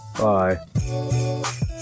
Bye